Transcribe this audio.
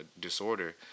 disorder